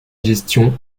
gestion